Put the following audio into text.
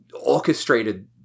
orchestrated